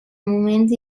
moments